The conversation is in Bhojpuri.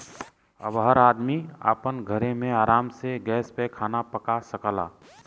अब हर आदमी आपन घरे मे आराम से गैस पे खाना पका सकला